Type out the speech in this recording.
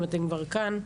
אם אתם כבר כאן,